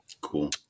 Cool